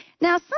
Now